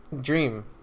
dream